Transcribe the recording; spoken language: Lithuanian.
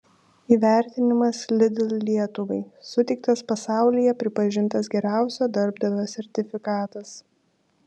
įvertinimas lidl lietuvai suteiktas pasaulyje pripažintas geriausio darbdavio sertifikatas